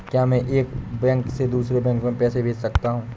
क्या मैं एक बैंक से दूसरे बैंक में पैसे भेज सकता हूँ?